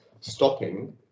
stopping